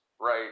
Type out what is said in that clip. Right